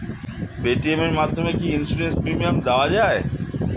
Paytm এর মাধ্যমে কি ইন্সুরেন্স প্রিমিয়াম দেওয়া যায়?